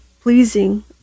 pleasing